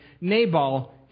Nabal